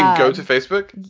go to facebook.